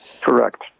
Correct